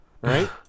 Right